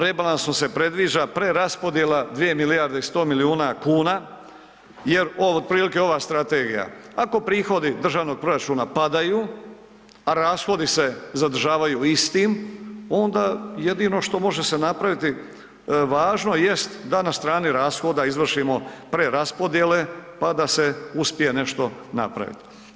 Rebalansom se predviđa preraspodjela 2 milijarde i 100 milijuna kuna jer otprilike ova strategija, ako prihodi državnog proračuna padaju, a rashodi se zadržavaju istim onda jedino što može se napraviti, važno jest da na strani rashoda izvršimo preraspodjele, pa da se uspje nešto napravit.